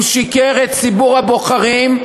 הוא שיקר לציבור הבוחרים,